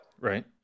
Right